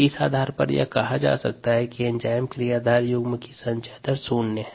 इस आधार पर यह कहा जा सकता है कि एंजाइम क्रियाधार युग्म की संचय दर शून्य है